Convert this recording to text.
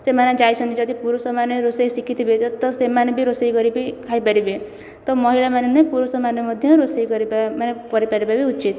ସେମାନେ ଯାଇଛନ୍ତି ଯଦି ପୁରୁଷମାନେ ରୋଷେଇ ଶିଖିଥିବେ ତ ସେମାନେ ବି ରୋଷେଇ କରିକି ଖାଇ ପାରିବେ ତ ମହିଳାମାନେ ନୁହେଁ ପୁରୁଷମାନେ ମଧ୍ୟ ରୋଷେଇ କରିବା ମାନେ କରିପାରିବା ବି ଉଚିତ